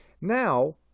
Now